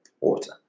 water